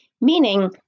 meaning